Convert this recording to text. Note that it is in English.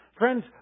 Friends